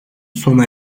sona